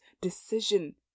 decision